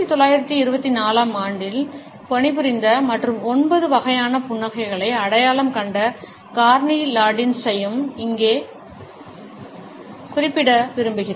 1924 ஆம் ஆண்டில் பணிபுரிந்த மற்றும் 9 வகையான புன்னகைகளை அடையாளம் கண்ட கார்னி லாண்டிஸையும் இங்கே குறிப்பிட விரும்புகிறேன்